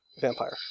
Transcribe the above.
vampire